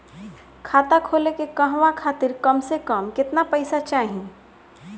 खाता खोले के कहवा खातिर कम से कम केतना पइसा चाहीं?